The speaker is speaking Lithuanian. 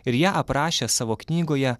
ir ją aprašė savo knygoje